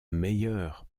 meilleures